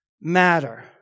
matter